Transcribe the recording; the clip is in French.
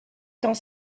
temps